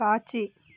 காட்சி